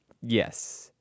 Yes